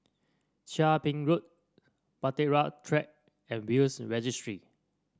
Chia Ping Road Bahtera Track and Will's Registry